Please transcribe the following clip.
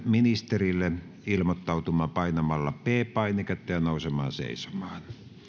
ministerille ilmoittautumaan painamalla p painiketta ja nousemalla seisomaan